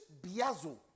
Biazo